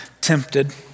tempted